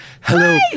hello